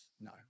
No